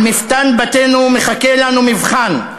על מפתן בתינו מחכה לנו מבחן,